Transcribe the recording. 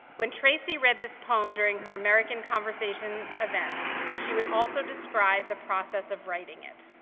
when tracy read this poem during her american conversation events, she would also describe the process of writing it.